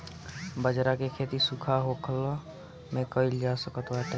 बजरा के खेती सुखा होखलो में कइल जा सकत बाटे